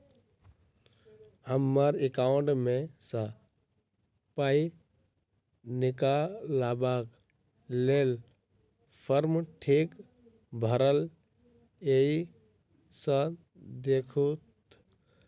हम्मर एकाउंट मे सऽ पाई निकालबाक लेल फार्म ठीक भरल येई सँ देखू तऽ?